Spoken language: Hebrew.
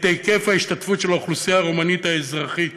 היקף ההשתתפות של האוכלוסייה הרומנית האזרחית